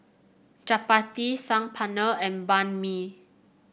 Chapati Saag Paneer and Banh Mi